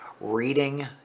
reading